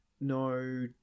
no